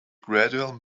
gradual